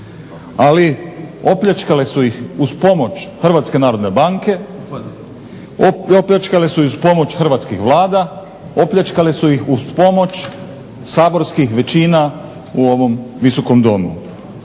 Ali opljačkale su ih uz pomoć Hrvatske narodne banke, opljačkale su ih uz pomoć hrvatskih vlada, opljačkale su ih uz pomoć saborskih većina u ovom Visokom domu.